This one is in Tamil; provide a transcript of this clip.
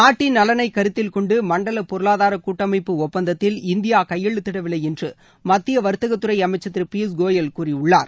நாட்டின் நலனைகருத்தில் கொண்டுமண்டலபொருளாதாரகூட்டமைப்பு ஒப்பந்தத்தில் இந்தியாகையெழுத்திடவில்லைஎன்றுமத்தியவர்த்தகத்துறைஅமைச்சர் திருபியூஷ் கோயல் கூறியுள்ளார்